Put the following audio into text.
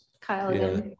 Kyle